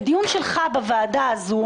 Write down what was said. בדיון שלך בוועדה הזו,